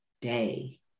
day